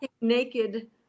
Naked